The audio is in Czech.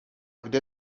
kde